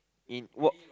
in work